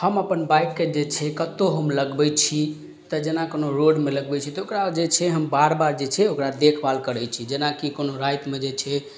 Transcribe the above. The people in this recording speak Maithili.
हम अपन बाइकके जे छै कतहु हम लगबइ छी तऽ जेना कोनो रोडमे लगबइ छी तऽ ओकरा जे छै हम बार बार जे छै ओकरा देखभाल करय छी जेनाकि कोनो रातिमे जे छै